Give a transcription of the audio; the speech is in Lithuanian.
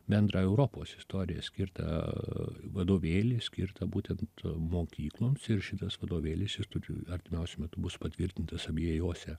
bendrą europos istorijai skirtą vadovėlį skirtą būtent mokykloms ir šitas vadovėlis jis turi artimiausiu metu bus patvirtintas abiejose